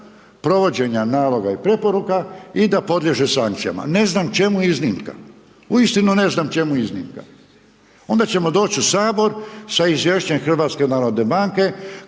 provođenja naloga i preporuka i da podliježe sankcijama. Ne znam čemu iznimka. Uistinu ne znam čemu iznimka. Onda ćemo doći u Sabor sa izvješćem HNB-a iz kojeg